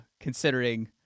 considering